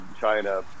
China